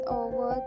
over